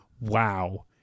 wow